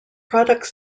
products